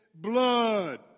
blood